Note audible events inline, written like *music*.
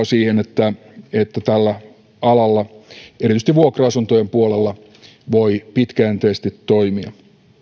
*unintelligible* siihen että tällä alalla erityisesti vuokra asuntojen puolella voi pitkäjänteisesti toimia